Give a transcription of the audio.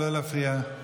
ולא להפריע?